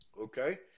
Okay